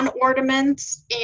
ornaments